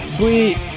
Sweet